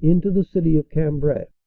into the city of cambrai.